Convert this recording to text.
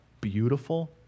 beautiful